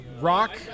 rock